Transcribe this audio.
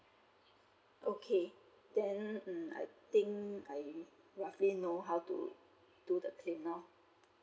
okay then mm I think I roughly know how to do the claim now